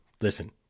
listen